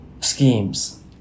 schemes